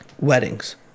weddings